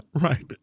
Right